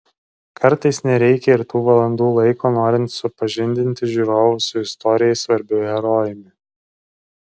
kartais nereikia ir tų valandų laiko norint supažindinti žiūrovus su istorijai svarbiu herojumi